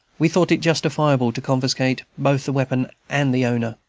we thought it justifiable to confiscate both the weapon and the owner,